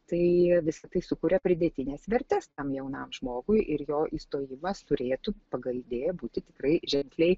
tai visa tai sukuria pridėtines vertes tam jaunam žmogui ir jo įstojimas turėtų pagal idėją būti tikrai ženkliai